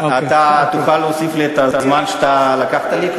אתה תוכל להוסיף לי את הזמן שאתה לקחת לי,